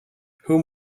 whom